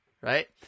right